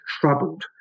troubled